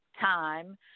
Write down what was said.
time